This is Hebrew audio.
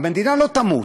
המדינה לא תמות,